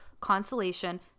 consolation